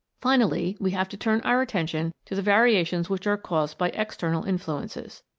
finally, we have to turn our attention to the variations which are caused by external influences.